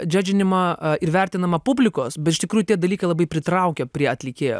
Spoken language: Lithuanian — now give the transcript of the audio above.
džiadžinama ir vertinama publikos bet iš tikrųjų tie dalykai labai pritraukia prie atlikėjo